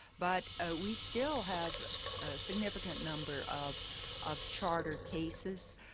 but ah we still have a significant number of of charter cases.